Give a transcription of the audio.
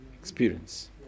experience